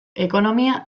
ekonomia